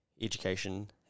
education